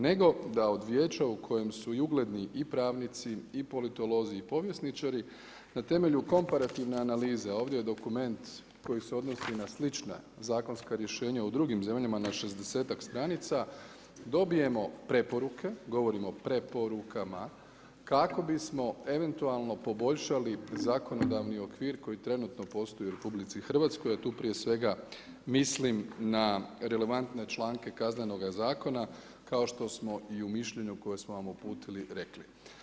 Nego da od vijeća u kojem su ugledni i pravnici i politolozi i povjesničari, na temelju komparativne analize, ovdje je dokument, koji se odnosi na slična zakonska rješenja u drugim zemljama na 60-tak stranica dobijemo preporuke, govorimo o preporukama, kako bismo eventualno poboljšali zakonodavni okvir koji trenutno postoji u RH, a tu prije svega mislim na relevantne članke Kaznenoga zakona, kao što smo i u mišljenju, koje smo vam uputili rekli.